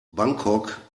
bangkok